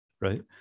right